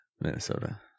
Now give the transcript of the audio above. Minnesota